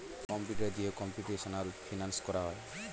computer দিয়ে computational finance করা হয়